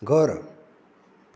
घर